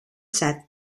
set